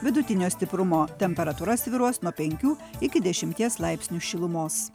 vidutinio stiprumo temperatūra svyruos nuo penkių iki dešimties laipsnių šilumos